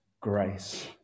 grace